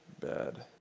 bad